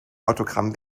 autogramm